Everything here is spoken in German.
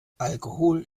alkohol